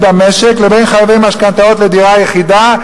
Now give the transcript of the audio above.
במשק לבין חייבי משכנתאות לדירה יחידה,